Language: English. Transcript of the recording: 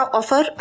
offer